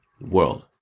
world